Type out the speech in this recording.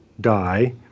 die